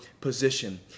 position